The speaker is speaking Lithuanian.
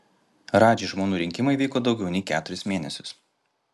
radži žmonų rinkimai vyko daugiau nei keturis mėnesius